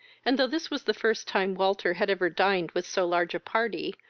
and, though this was the first time walter had ever dined with so large a party,